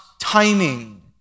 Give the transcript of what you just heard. timing